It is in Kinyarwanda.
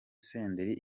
senderi